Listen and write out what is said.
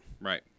Right